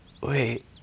Wait